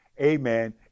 amen